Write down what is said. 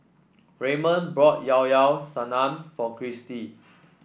Raymond bought Llao Llao Sanum for Kristi